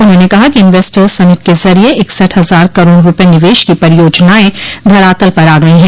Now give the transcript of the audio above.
उन्होंने कहा कि इंवेस्टर्स समिट के जरिये इकसठ हजार करोड़ रूपये निवश की परियोजनाएं धरातल पर आ गई है